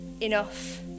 enough